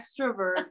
extrovert